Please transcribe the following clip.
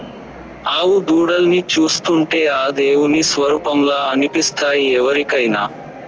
ఆవు దూడల్ని చూస్తుంటే ఆ దేవుని స్వరుపంలా అనిపిస్తాయి ఎవరికైనా